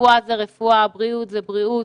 רפואה זו רפואה, בריאות זו בריאות,